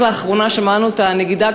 רק לאחרונה שמענו את הנגידה,